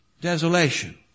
Desolation